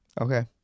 Okay